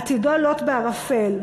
עתידו לוט בערפל,